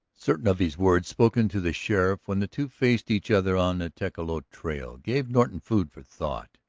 certain of his words spoken to the sheriff when the two faced each other on the tecolote trail gave norton food for thought.